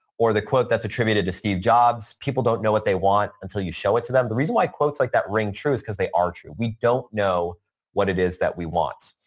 or the quote that's attributed to steve jobs, people don't know what they want until you show it to them. the reason why quotes like that ring true is because they are true. we don't know what it is that we want.